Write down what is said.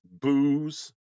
booze